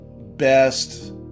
best